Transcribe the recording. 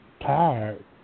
tired